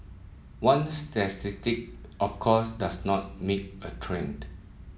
one statistic of course does not make a trend